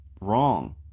wrong